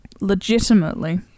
Legitimately